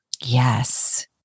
Yes